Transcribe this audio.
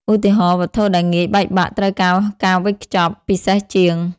ឧទាហរណ៍ វត្ថុដែលងាយបែកបាក់ត្រូវការការវេចខ្ចប់ពិសេសជាង។